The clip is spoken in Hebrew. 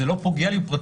זה לא פוגע לי בפרטיות,